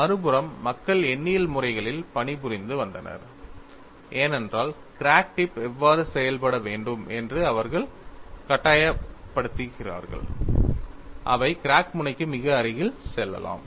மறுபுறம் மக்கள் எண்ணியல் முறைகளில் பணிபுரிந்து வந்தனர் ஏனென்றால் கிராக் டிப் எவ்வாறு செயல்பட வேண்டும் என்று அவர்கள் கட்டாயப்படுத்துகிறார்கள் அவை கிராக் முனைக்கு மிக அருகில் செல்லலாம்